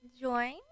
join